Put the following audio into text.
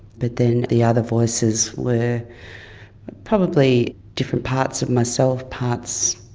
but then the other voices were probably different parts of myself, parts